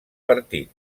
partit